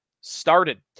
started